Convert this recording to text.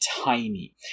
tiny